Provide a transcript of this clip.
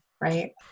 right